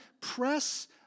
press